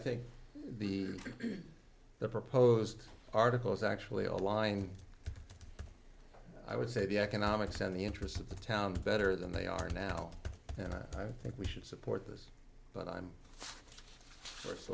think the proposed article is actually a line i would say the economics and the interests of the town better than they are now and i think we should support those but i'm